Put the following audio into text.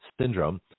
syndrome